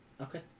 Okay